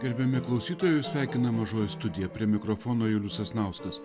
gerbiami klausytojai jus sveikina mažoji studija prie mikrofono julius sasnauskas